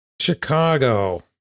Chicago